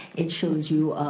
it shows you